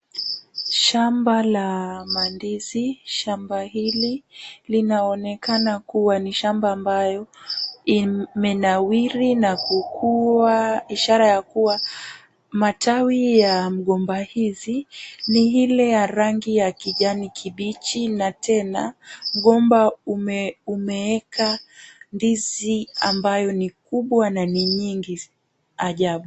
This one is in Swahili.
Shamba la mandizi. Shamba hili linaonekana kuwa ni shamba ambayo imenawiri na kukuwa ishara ya kuwa matawi ya mgomba hizi ni Ile ya rangi ya kijani kibichi, na tena mgomba umeeka ndizi ambayo ni kubwa na ni nyingi ajabu.